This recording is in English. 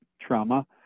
trauma